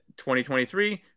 2023